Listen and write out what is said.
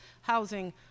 housing